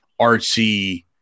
artsy